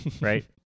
Right